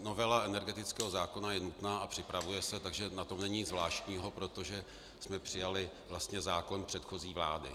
Novela energetického zákona je nutná a připravuje se, takže na tom není nic zvláštního, protože jsme přijali vlastně zákon předchozí vlády.